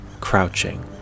crouching